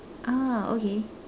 ah okay